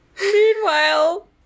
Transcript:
meanwhile